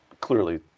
clearly